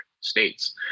states